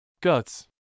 Guts